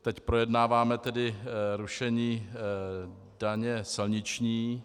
Teď projednáváme tedy rušení daně silniční.